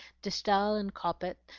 de stael and coppet,